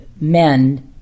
men